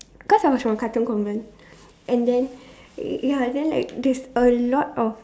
because I was from Katong-Convent and then ya and then like there's a lot of